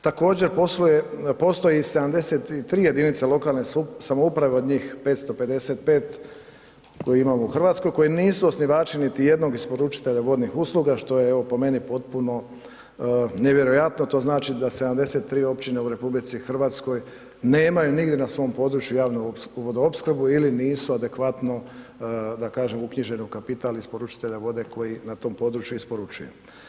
Također postoje i 73 jedinice lokalne samouprave od njih 555 koji imamo u Hrvatskoj koji nisu osnivači niti jedno isporučitelja vodnih usluga, što je evo po meni potpuno nevjerojatno, to znači da 73 općine u RH nemaju nigdje na svom području javnu vodoopskrbu ili nisu adekvatno da kažem uknjiženi u kapital isporučitelja vode koji na tom području isporučuje.